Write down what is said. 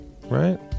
right